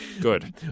Good